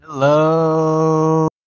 Hello